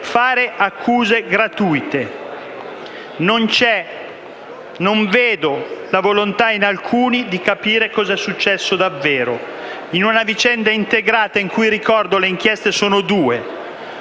Non vedo la volontà in alcuni di capire che cosa è successo davvero, in una vicenda integrata, in cui - ricordo - le inchieste sono due.